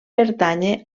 pertànyer